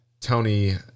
Tony